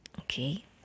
okay